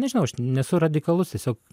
nežinau aš nesu radikalus tiesiog